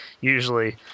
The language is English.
usually